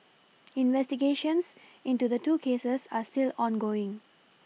investigations into the two cases are still ongoing